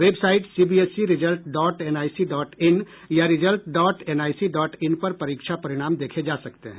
website CBSE result dot NIC dot in या result dot NIC dot in पर परीक्षा परिणाम देखे जा सकते हैं